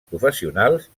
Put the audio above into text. professionals